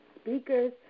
speakers